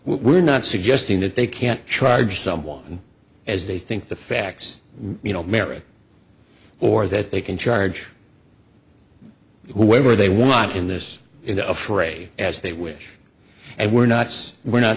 we're not suggesting that they can't charge someone as they think the facts you know merit or that they can charge whatever they want in this in a fray as they wish and we're not we're not